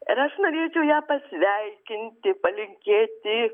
ir aš norėčiau ją pasveikinti palinkėti